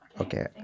Okay